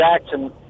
Jackson